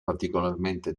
particolarmente